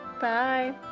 Bye